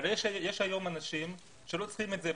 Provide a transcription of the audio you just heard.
אבל יש היום אנשים שלא צריכים את זה.